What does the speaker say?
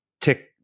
Tick